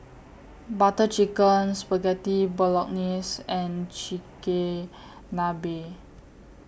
Butter Chicken Spaghetti Bolognese and Chigenabe